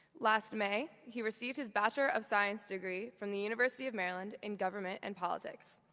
last may, he received his bachelor of science degree from the university of maryland in government and politics.